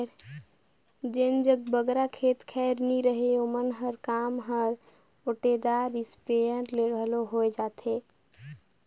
जेमन जग बगरा खेत खाएर नी रहें ओमन कर काम हर ओटेदार इस्पेयर ले घलो होए जाथे